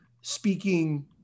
speaking